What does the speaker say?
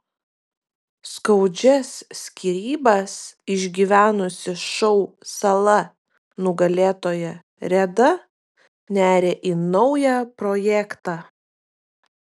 skaudžias skyrybas išgyvenusi šou sala nugalėtoja reda neria į naują projektą